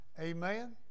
Amen